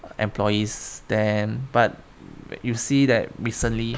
employees then but you see that recently